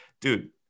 dude